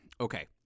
Okay